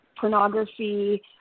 pornography